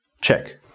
Check